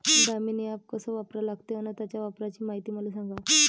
Damini app कस वापरा लागते? अन त्याच्या वापराची मायती मले सांगा